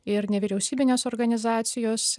ir nevyriausybinės organizacijos